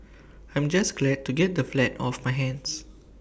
I'm just glad to get the flat off my hands